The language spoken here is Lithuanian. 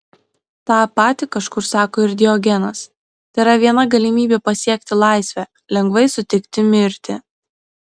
tą patį kažkur sako ir diogenas tėra viena galimybė pasiekti laisvę lengvai sutikti mirtį